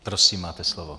Prosím, máte slovo.